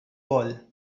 ball